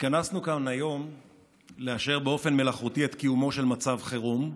התכנסנו כאן היום לאשר באופן מלאכותי את קיומו של מצב חירום,